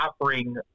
offering